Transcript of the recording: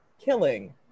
killing